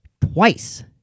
twice